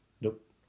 Nope